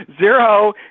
Zero